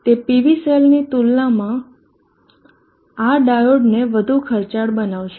તે PV સેલની તુલનામાં આ ડાયોડને વધુ ખર્ચાળ બનાવશે